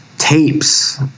Tapes